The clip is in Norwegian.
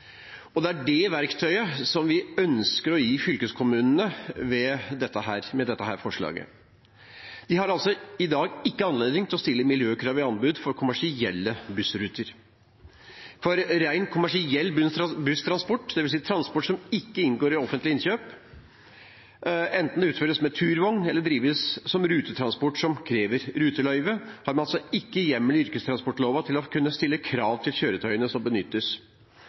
og det er det verktøyet vi ønsker å gi fylkeskommunene med dette forslaget. De har i dag ikke anledning til å stille miljøkrav i anbud til kommersielle bussruter. For rent kommersiell busstransport, dvs. transport som ikke inngår i et offentlig innkjøp, enten den utføres med turvogn eller drives som rutetransport som krever ruteløyve, har man altså ikke hjemmel i yrkestransportloven til å kunne stille krav til kjøretøyene som benyttes,